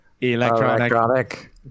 Electronic